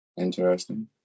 Interesting